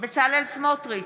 בצלאל סמוטריץ'